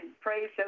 Praise